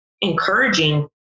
encouraging